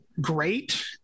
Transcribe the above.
great